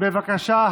בבקשה.